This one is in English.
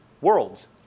worlds